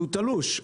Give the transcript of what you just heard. שהוא תלוש,